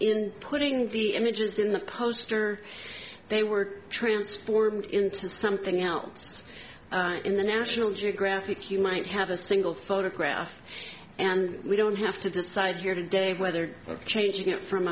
in putting the images in the poster they were transformed into something outs in the national geographic you might have a single photograph and we don't have to decide here today whether changing it from